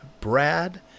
Brad